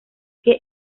que